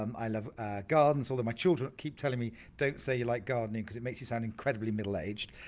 um i love gardens, although my children keep telling me, don't say you like gardening cause it makes you sound incredibly middle aged.